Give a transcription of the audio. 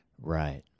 Right